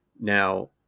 Now